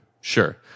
Sure